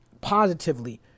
positively